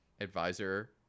advisor